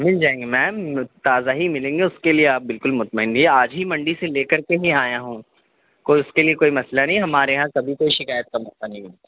مِل جائیں گا میم تازہ ہی مِلیں گے اُس کے لیے آپ بالکل مطمئن رہئے آج ہی منڈی سے لے کر کے ہی آیا ہوں کوئی اُس کے لیے کوئی مسئلہ نہیں ہے ہمارے یہاں کبھی کوئی شکایت کا موقع نہیں ملتا